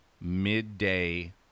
midday